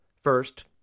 First